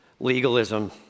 Legalism